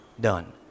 done